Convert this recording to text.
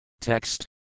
Text